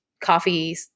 coffee